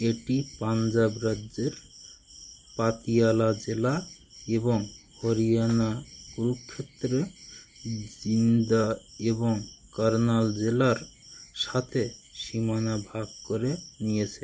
এটি পাঞ্জাব রাজ্যের পাতিয়ালা জেলা এবং হরিয়ানা কুরুক্ষেত্রে জিন্দা এবং কার্নাল জেলার সাথে সীমানা ভাগ করে নিয়েছে